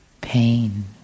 pain